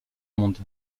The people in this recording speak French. monde